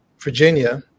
Virginia